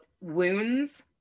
wounds